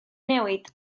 newid